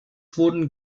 wurden